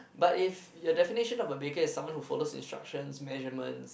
but if you definitely should not be baking someone who follows the instruction measurement